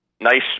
Nice